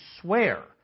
swear